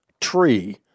tree